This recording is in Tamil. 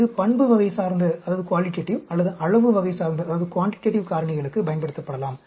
இது பண்பு வகை சார்ந்த அல்லது அளவு வகை சார்ந்த காரணிகளுக்கு பயன்படுத்தப்படலாம்